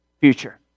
future